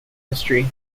history